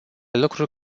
lucruri